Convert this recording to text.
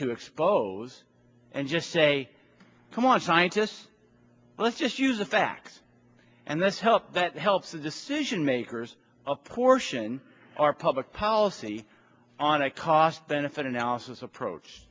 to expose and just say come on scientists let's just use the facts and that's helped that helps the decision makers of portion our public policy on a cost benefit analysis